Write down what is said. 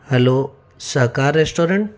hello Sahakar restaurant